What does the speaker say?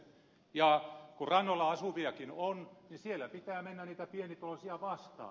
ja kun rannoilla asuviakin on niin siellä pitää mennä niitä pienituloisia vastaan